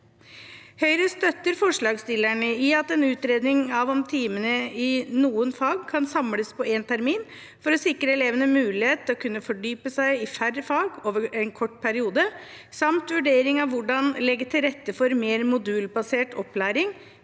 Høyre støtter forslagsstillerne i at en utredning av om timene i noen fag kan samles på én termin for å sikre elevene mulighet til å kunne fordype seg i færre fag over en kortere periode, samt en vurdering av hvordan man kan legge til rette for mer modulbasert opplæring,